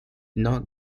not